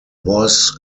was